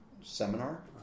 seminar